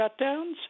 shutdowns